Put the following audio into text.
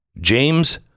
James